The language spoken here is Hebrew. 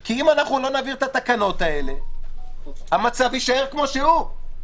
כי אם לא נעביר את התקנות האלה המצב יישאר כמו שהוא.